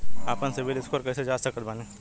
आपन सीबील स्कोर कैसे जांच सकत बानी?